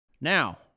Now